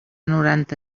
noranta